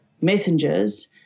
messengers